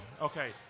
Okay